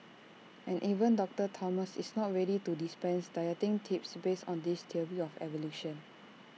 and even doctor Thomas is not ready to dispense dieting tips based on this theory of evolution